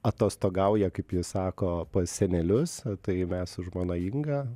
atostogauja kaip ji sako pas senelius tai mes su žmona inga